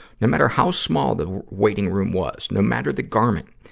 no matter how small the waiting room was, no matter the garment.